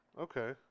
Okay